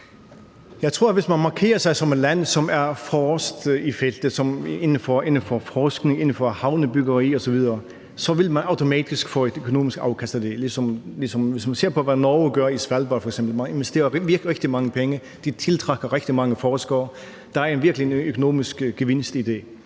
Jeg tror, at hvis man markerer sig som et land, som er forrest i feltet inden for forskning, havnebyggeri osv., så vil man automatisk få et økonomisk afkast af det. Hvis man f.eks. ser på, hvad Norge gør i Svalbard, hvor man investerer rigtig mange penge og tiltrækker rigtig mange forskere, så kan man se, at der virkelig er en økonomisk gevinst i det.